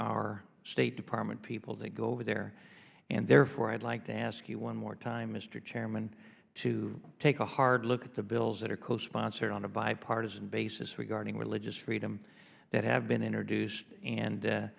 our state department people to go over there and therefore i'd like to ask you one more time mr chairman to take a hard look at the bills that are co sponsored on a bipartisan basis regarding religious freedom that have been introduced and